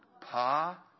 Pa